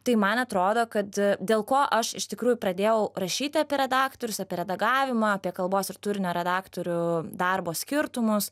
tai man atrodo kad dėl ko aš iš tikrųjų pradėjau rašyt apie redaktorius apie redagavimą apie kalbos ir turinio redaktorių darbo skirtumus